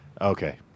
Okay